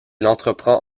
entreprend